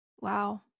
Wow